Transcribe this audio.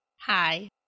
Hi